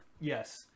yes